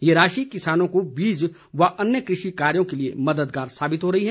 ये राशि किसानों को बीज व अन्य कृषि कार्यों के लिए मददगार साबित हो रही है